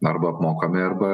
arba apmokami arba